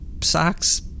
socks